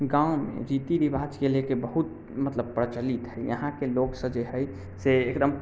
गाँवमे रीति रिवाजके लेके बहुत मतलब प्रचलित हय इहाँके लोक सभ जे हय से एकदम